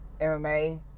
MMA